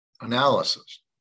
analysis